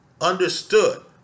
understood